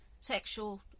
sexual